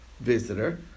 visitor